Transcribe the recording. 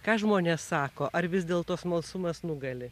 ką žmonės sako ar vis dėlto smalsumas nugali